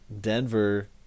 Denver